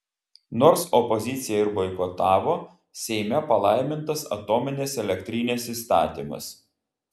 nors opozicija ir boikotavo seime palaimintas atominės elektrinės įstatymas